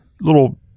little